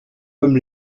comme